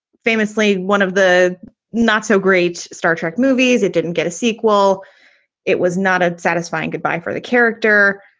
famously one of the not so great star trek movies. it didn't get a sequel it was not a satisfying goodbye for the character.